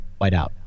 whiteout